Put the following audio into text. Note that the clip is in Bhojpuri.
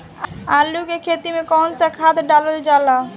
आलू के खेती में कवन सा खाद डालल जाला?